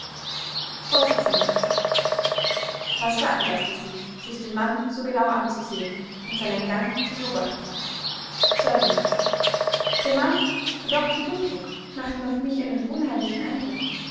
vors was veranlaßte sie sich den mann so genau anzusehen und seinen gang zu beobachten zeugin der mann und auch die buntrock machten auf mich einen unheimlichen eindruck